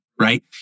right